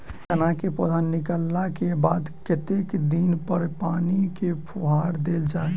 चना केँ पौधा निकलला केँ बाद कत्ते दिन पर पानि केँ फुहार देल जाएँ?